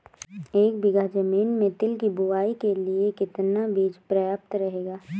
एक बीघा ज़मीन में तिल की बुआई के लिए कितना बीज प्रयाप्त रहेगा?